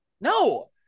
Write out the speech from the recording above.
no